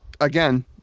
again